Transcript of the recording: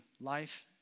life